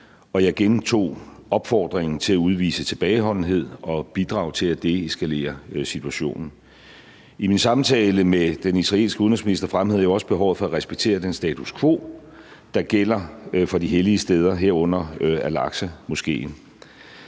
og jeg gentog opfordringen til at udvise tilbageholdenhed og bidrage til at deeskalere situationen. I min samtale med den israelske udenrigsminister fremhævede jeg også behovet for at respektere den status quo, der gælder for de hellige steder, herunder al-Aqsa-moskéen.